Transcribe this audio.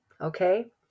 Okay